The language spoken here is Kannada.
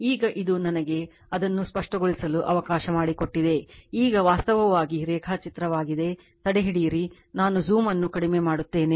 ಈಗ ಇದು ನನಗೆ ಅದನ್ನು ಸ್ಪಷ್ಟಗೊಳಿಸ ಲು ಅವಕಾಶ ಮಾಡಿಕೊಟ್ಟಿದೆ ಈಗ ವಾಸ್ತವವಾಗಿ ರೇಖಾಚಿತ್ರವಾಗಿದೆ ತಡೆಹಿಡಿಯಿರಿ ನಾನು ಜೂಮ್ ಅನ್ನು ಕಡಿಮೆ ಮಾಡುತ್ತೇನೆ